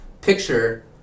picture